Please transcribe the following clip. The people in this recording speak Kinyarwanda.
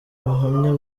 buhamya